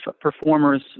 performers